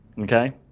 Okay